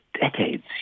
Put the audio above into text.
decades